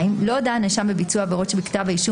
לא הודה הנאשם בביצוע העבירות שבכתב האישום